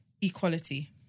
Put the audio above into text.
equality